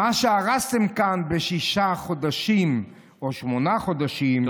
מה שהרסתם כאן בשישה חודשים או שמונה חודשים,